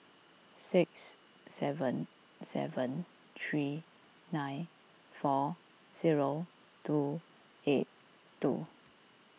six seven seven three nine four zero two eight two